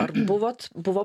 ar buvot buvo